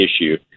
issue